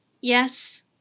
Yes